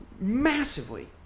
Massively